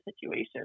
situation